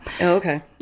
Okay